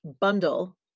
bundle